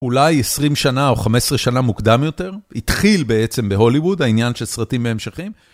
אולי 20 שנה או 15 שנה מוקדם יותר, התחיל בעצם בהוליווד העניין של סרטים בהמשכים.